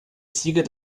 sieger